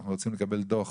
אנחנו רוצים לקבל דוח